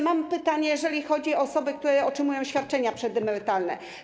Mam pytanie, jeżeli chodzi o osoby, które otrzymują świadczenia przedemerytalne.